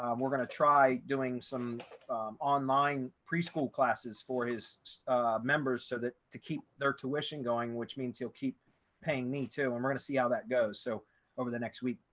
um we're going to try doing some online preschool classes for his members so that to keep their tuition going, which means he'll keep paying me to i'm going to see how that goes. so over the next week,